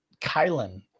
Kylan